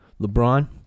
LeBron